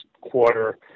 quarter